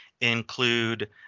include